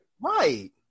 Right